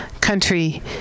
Country